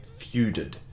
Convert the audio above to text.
feuded